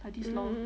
mmhmm